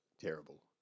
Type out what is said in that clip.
terrible